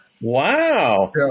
Wow